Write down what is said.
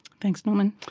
thanks norman.